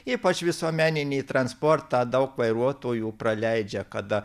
ypač visuomeninį transportą daug vairuotojų praleidžia kada